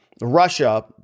Russia